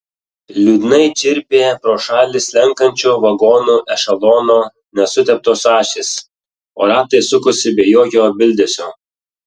liūdnai čirpė pro šalį slenkančio vagonų ešelono nesuteptos ašys o ratai sukosi be jokio bildesio